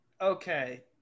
Okay